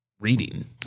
reading